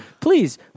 please